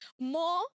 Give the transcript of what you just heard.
more